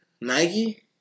Nike